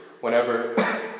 whenever